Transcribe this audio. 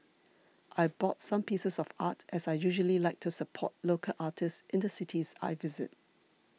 I bought some pieces of art as I usually like to support local artists in the cities I visit